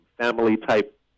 family-type